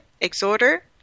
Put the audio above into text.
exhorter